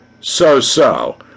So-so